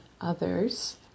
others